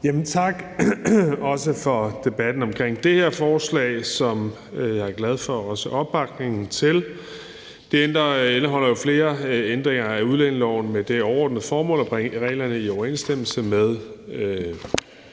tak for debatten om det her forslag, som jeg også er glad for opbakningen til. Det indeholder jo flere ændringer af udlændingeloven med det overordnede formål at bringe reglerne i overensstemmelse med